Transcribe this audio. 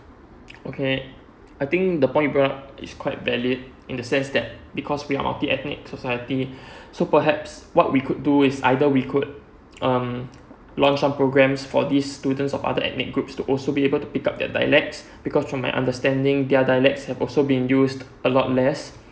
okay I think the point you brought up is quite valid in the sense that because we are multi ethnic society so perhaps what we could do is either we could um launched some programs for these students of other ethnic groups to also be able to pick up their dialects because from my understanding their dialects have also been used a lot less